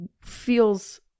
feels